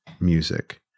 music